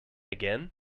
again